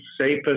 safest